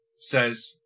says